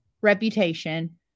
reputation